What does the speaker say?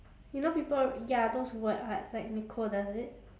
you know people ya those word arts like nicole does it